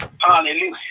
Hallelujah